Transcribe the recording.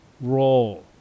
role